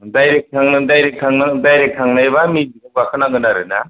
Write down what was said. direct थांनो direct थांनायबा मेजिकआव गाखोनांगोन आरोना